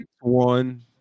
One